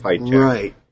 Right